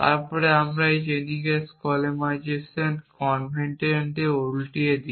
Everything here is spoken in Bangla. তারপরে আমরা এটিকে স্কলেমাইজেশন কনভেনশনকে উল্টিয়ে দিই